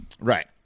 Right